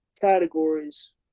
categories